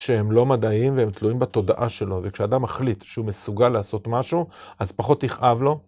שהם לא מדעיים והם תלויים בתודעה שלו וכשאדם מחליט שהוא מסוגל לעשות משהו אז פחות יכאב לו.